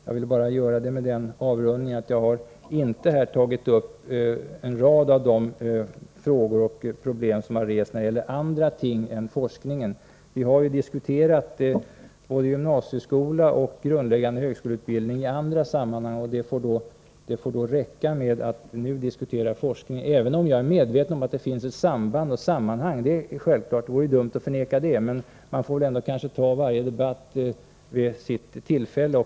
Jag vill bara göra det med den avrundningen att jag här inte har tagit Nr 166 upp en rad av de frågor och problem som har rests när det gäller andra ting än Torsdagen den forskningen. Vi har ju diskuterat både gymnasieskola och grundläggande 7 juni 1984 högskoleutbildning i andra sammanhang, och det får räcka med att nu diskutera forskningen — även om jag är medveten om att det självfallet finns ett samband. Det vore dumt att förneka det. Vi får väl kanske ändå ha varje särskild debatt vid dess rätta tillfälle.